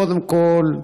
קודם כול,